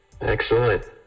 Excellent